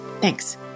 Thanks